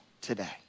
today